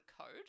code